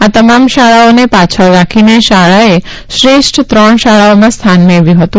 આ તમામ શાળાઓને પાછળ રાખી શાળાએ શ્રેષ્ઠ ત્રણ શાળાઓમાં સ્થાન મેળવ્યું હતું